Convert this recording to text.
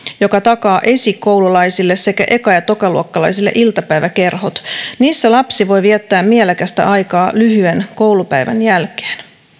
joka takaa esikoululaisille sekä eka ja tokaluokkalaisille iltapäiväkerhot niissä lapsi voi viettää mielekästä aikaa lyhyen koulupäivän jälkeen